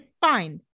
fine